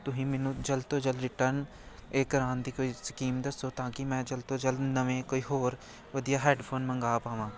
ਤੁਸੀਂ ਮੈਨੂੰ ਜਲਦ ਤੋਂ ਜਲਦ ਰਿਟਰਨ ਇਹ ਕਰਵਾਉਣ ਦੀ ਕੋਈ ਸਕੀਮ ਦੱਸੋ ਤਾਂ ਕਿ ਮੈਂ ਜਲਦ ਤੋਂ ਜਲਦ ਨਵੇਂ ਕੋਈ ਹੋਰ ਵਧੀਆ ਹੈਡਫੋਨ ਮੰਗਵਾ ਪਾਵਾਂ